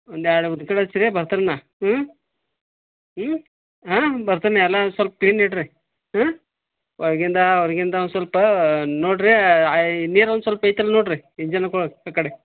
ಒಂದು ಎರಡು ಊದ್ಕಡಿ ಹಚ್ರಿ ಬರ್ತೇನೆ ನಾ ಹ್ಞೂ ಹ್ಞೂ ಹಾಂ ಬರ್ತೀನಿ ಎಲ್ಲ ಸಲ್ಪ ಕ್ಲೀನ್ ಇಡ್ರಿ ಹಾಂ ಒಳಗಿಂದ ಹೊರಗಿಂದ ಒಂದು ಸ್ವಲ್ಪ ನೋಡ್ರಿ ಆಯ್ ನೀರು ಒಂದು ಸಲ್ಪ ಐತನ್ ನೋಡ್ರಿ ಇಂಜನ್ ಕೊ ಆ ಕಡೆ